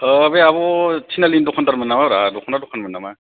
औ बे आब' थिनालि नि दखानदार मोन नामा रा दख'ना दखान मोन नामा